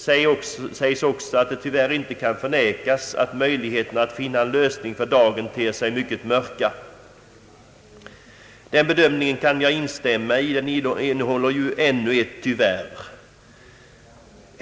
Det sägs också att det tyvärr inte kan förnekas att möjligheten att finna en lösning för dagen ter sig mycket mörk. Den bedömningen kan jag instämma i, den innehåller ju ännu ett tyvärr.